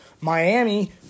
Miami